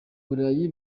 burayi